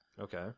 Okay